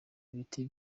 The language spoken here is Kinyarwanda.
biti